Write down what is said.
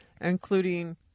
including